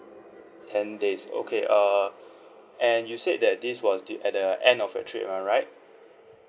ten days okay uh and you said that this was at the end of your trip am I right